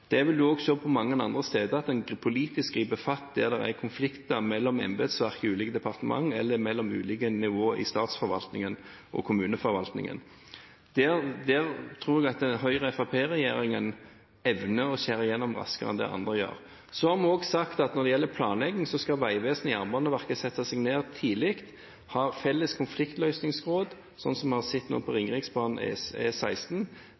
politisk griper fatt der det er konflikter mellom embetsverket i ulike departementer eller mellom ulike nivåer i statsforvaltningen og kommuneforvaltningen. Her tror jeg at Høyre–Fremskrittsparti-regjeringen evner å skjære igjennom raskere enn det andre gjør. Vi har også sagt at når det gjelder planlegging, skal vegvesenet og Jernbaneverket sammen sette seg ned tidlig og ha felles konfliktløsningsråd, slik vi har sett i forbindelse med Ringeriksbanen og E16. Det viser at en kan kutte tid. Vegvesenet sa på